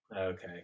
Okay